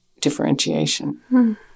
differentiation